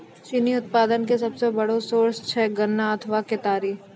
चीनी उत्पादन के सबसो बड़ो सोर्स छै गन्ना अथवा केतारी